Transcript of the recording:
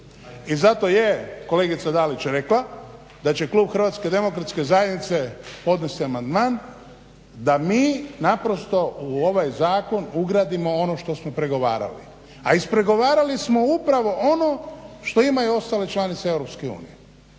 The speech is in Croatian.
I zato je kolegica Dalić rekla da će klub Hrvatske demokratske zajednice podnesti amandman da mi naprosto u ovaj zakon ugradimo ono što smo pregovarali. A ispregovarali smo upravo ono što imaju ostale članice EU koje